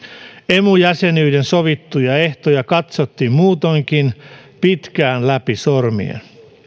emu jäsenyyden sovittuja ehtoja katsottiin muutoinkin pitkään läpi sormien